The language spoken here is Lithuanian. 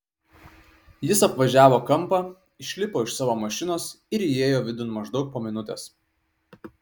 jis apvažiavo kampą išlipo iš savo mašinos ir įėjo vidun maždaug po minutės